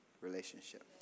relationship